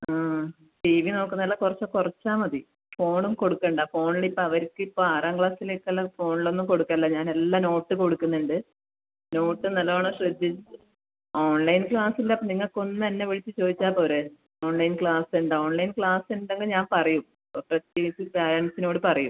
ആ T V നോക്കുന്നത് എല്ലാം കുറച്ച് കുറച്ചാൽ മതി ഫോണും കൊടുക്കണ്ട ഫോണിലിപ്പം അവർക്ക് ഇപ്പോൾ ആറാം ക്ലാസ്സിലേക്ക് ഉള്ള ഫോണിൽ ഒന്നും കൊടുക്കലില്ല ഞാൻ എല്ലാ നോട്ട് കൊടുക്കുന്നുണ്ട് നോട്ട് നല്ല വണ്ണം ശ്രദ്ധിച്ച് ഓൺലൈൻ ക്ലാസ് ഇല്ല നിങ്ങൾക്ക് ഒന്ന് എന്നെ വിളിച്ച് ചോദിച്ചാൽ പോരെ ഓൺലൈൻ ക്ലാസ് ഉണ്ടോ ഓൺലൈൻ ക്ലാസ് ഉണ്ടെങ്കിൽ ഞാൻ പറയും പ്രത്യേകിച്ച് പാരൻ്റ്സിനോട് പറയും